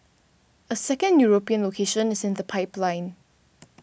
a second European location is in the pipeline